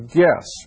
guess